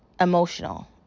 emotional